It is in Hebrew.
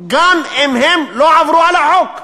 גם אם הם לא עברו על החוק.